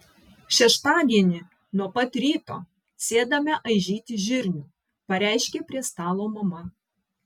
šeštadienį nuo pat ryto sėdame aižyti žirnių pareiškė prie stalo mama